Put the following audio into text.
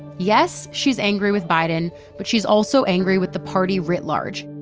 yes, she's angry with biden. but she's also angry with the party writ large.